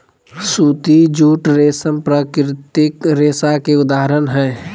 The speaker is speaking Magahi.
सूती, जूट, रेशम प्राकृतिक रेशा के उदाहरण हय